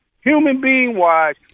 Human-being-wise